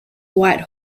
white